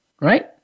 right